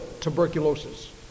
tuberculosis